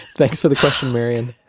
but for the question marion.